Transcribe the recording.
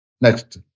Next